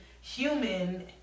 human